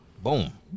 Boom